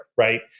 Right